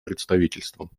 представительством